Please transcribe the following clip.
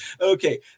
okay